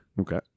Okay